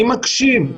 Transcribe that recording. אני מקשיב,